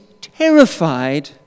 terrified